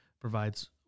provides